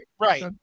right